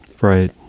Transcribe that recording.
Right